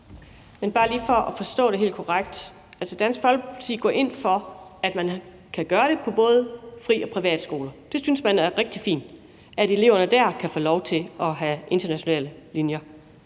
(V): Bare lige for at forstå det hele korrekt: Dansk Folkeparti går ind for, at man kan gøre det på både fri- og privatskoler. Man synes, det er rigtig fint, at eleverne der kan få lov til at have internationale linjer,